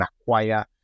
acquire